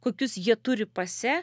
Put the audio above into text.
kokius jie turi pase